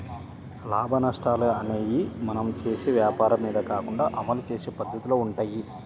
లాభనష్టాలు అనేయ్యి మనం చేసే వ్వాపారం మీద కాకుండా అమలు చేసే పద్దతిలో వుంటయ్యి